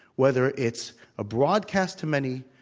whether it's a broadcast to many,